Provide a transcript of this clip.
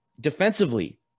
defensively